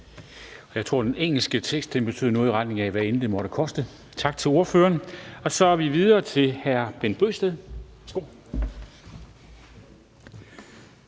Jeg tror, at den engelske tekst betød noget i retning af: hvad end det måtte koste. Tak til ordføreren. Og så går vi videre til hr. Bent Bøgsted. Værsgo.